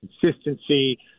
consistency